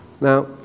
Now